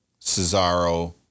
Cesaro